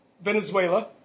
Venezuela